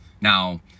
now